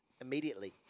immediately